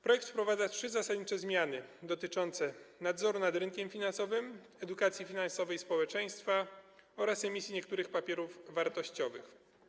Projekt wprowadza trzy zasadnicze zmiany, dotyczące nadzoru nad rynkiem finansowym, edukacji finansowej społeczeństwa oraz emisji niektórych papierów wartościowych.